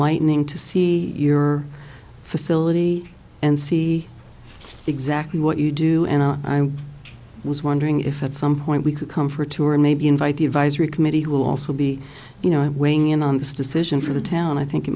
lightning to see your facility and see exactly what you do and i was wondering if at some point we could come for two or maybe invite the advisory committee who will also be you know i'm weighing in on this decision for the town i think it